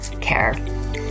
care